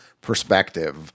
perspective